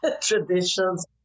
traditions